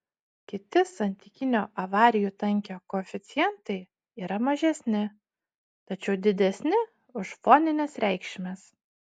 kiti santykinio avarijų tankio koeficientai yra mažesni tačiau didesni už fonines reikšmes